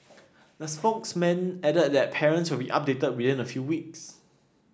the spokesman added that parents will be updated within a few weeks